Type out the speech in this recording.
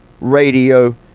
radio